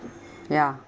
ya